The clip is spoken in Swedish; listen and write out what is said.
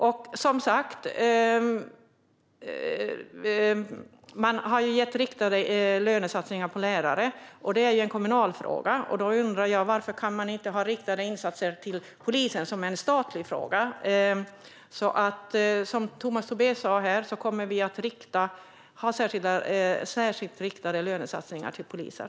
Man har som sagt gett riktade lönesatsningar till lärare. Det är en kommunal fråga. Jag undrar därför varför man inte kan ha riktade insatser till polisen, vilket är en statlig fråga. Som Tomas Tobé sa kommer Moderaterna att ha särskilt riktade lönesatsningar till polisen.